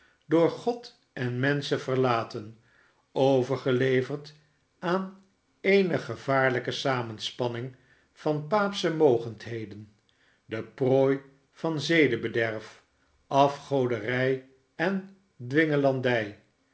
door god en menschen verlaten overgeleverd aan eene evaarlijke samenspanning van paapsche mogendheden de prooi van zedebederf afgoderij en